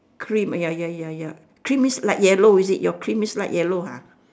cream ya ya ya ya cream means light yellow is it your cream means light yellow ha